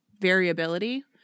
variability